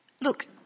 Look